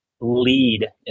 lead